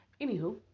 Anywho